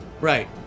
Right